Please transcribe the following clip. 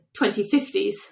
2050s